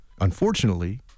Unfortunately